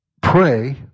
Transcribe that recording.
pray